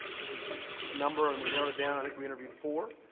it was a number and we narrowed it down. i think we interviewed four.